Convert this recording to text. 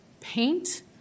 paint